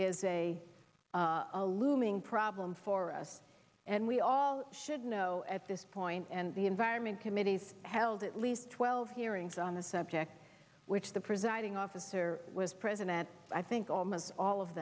a a looming problem for us and we all should know at this point and the environment committees held at least twelve hearings on the subject which the presiding officer was president i think almost all of